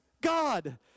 God